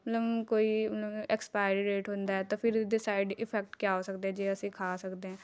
ਮਤਲਬ ਕੋਈ ਮਤਲਬ ਐਕਸਪਾਈਰੀ ਡੇਟ ਹੁੰਦਾ ਤਾਂ ਫਿਰ ਉਸ ਦੇ ਸਾਈਡ ਇਫੈਕਟ ਕਿਆ ਹੋ ਸਕਦੇ ਜੇ ਅਸੀਂ ਖਾ ਸਕਦੇ ਹੈ